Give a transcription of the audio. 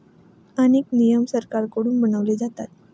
अनेक नियम सरकारकडून बनवले जातात